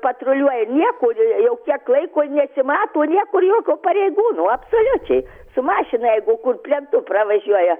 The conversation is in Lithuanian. patruliuoja nieko jau kiek laiko nesimato niekur jokio pareigūno absoliučiai su mašina jeigu kur plentu pravažiuoja